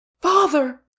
father